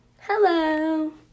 hello